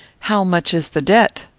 how much is the debt?